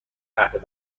اهل